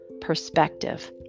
perspective